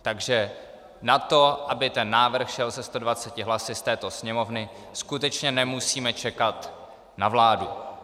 Takže na to, aby ten návrh šel se 120 hlasy z této Sněmovny, skutečně nemusíme čekat na vládu.